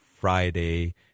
Friday